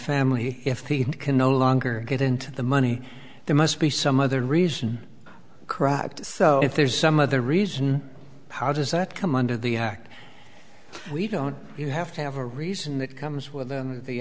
family if he can no longer get into the money there must be some other reason crocked so if there's some other reason how does that come under the act we don't you have to have a reason that comes with the